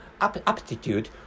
aptitude